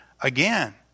again